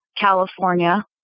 California